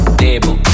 table